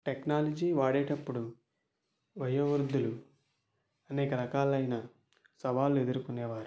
technology వాడేటప్పుడు వయో వృద్ధులు అనేక రకాలైన సవాళ్ళు ఎదురుక్కునే వారు